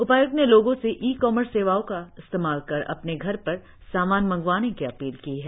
उपाय्क्त ने लोगों से ई कॉमर्स सेवाओं का इस्तेमाल कर अपने घर पर सामान मंगवाने की अपील की है